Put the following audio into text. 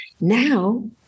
Now